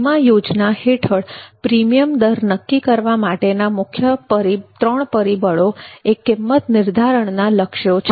વીમા યોજના હેઠળ પ્રીમિયમ દર નક્કી કરવા માટેના ત્રણ મુખ્ય પરિબળો એ કિંમત નિર્ધારણ ના લક્ષ્યો છે